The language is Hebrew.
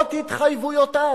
שלמרות התחייבויותיו,